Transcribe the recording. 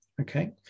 Okay